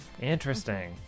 Interesting